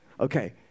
Okay